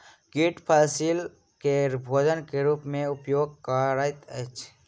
कीट फसील के भोजन के रूप में उपयोग करैत अछि